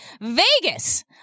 Vegas